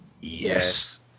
Yes